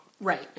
Right